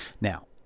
Now